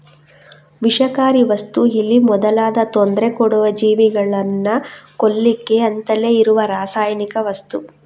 ವಿಷಕಾರಿ ವಸ್ತು ಇಲಿ ಮೊದಲಾದ ತೊಂದ್ರೆ ಕೊಡುವ ಜೀವಿಗಳನ್ನ ಕೊಲ್ಲಿಕ್ಕೆ ಅಂತಲೇ ಇರುವ ರಾಸಾಯನಿಕ ವಸ್ತು